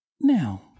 Now